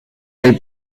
del